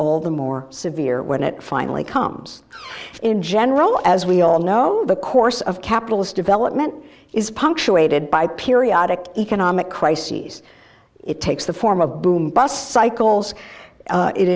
all the more severe when it finally comes in general as we all know the course of capital is development is punctuated by periodic economic crises it takes the form of boom bust cycles